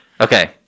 okay